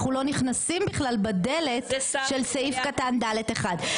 אנחנו לא נכנסים בכלל בדלת של סעיף קטן (ד)(1).